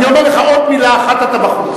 אני אומר לך, עוד מלה אחת אתה בחוץ.